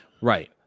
Right